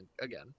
again